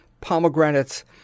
pomegranates